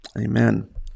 Amen